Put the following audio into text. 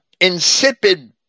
insipid